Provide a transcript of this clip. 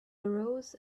arose